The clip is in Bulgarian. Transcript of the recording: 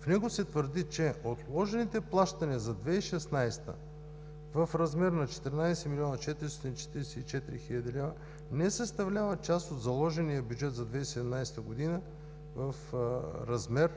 В него се твърди, че отложените плащания за 2016 в размер на 14 млн. 444 хил. лв. не съставляват част от заложения бюджет за 2017 г. в размер